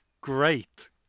great